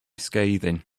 scathing